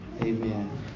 amen